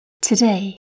Today